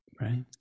Right